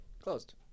Closed